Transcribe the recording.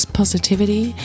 positivity